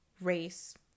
race